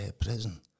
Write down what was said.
prison